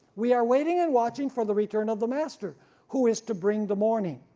we are waiting and watching for the return of the master who is to bring the morning,